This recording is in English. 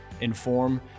inform